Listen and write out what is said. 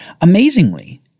Amazingly